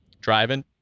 driving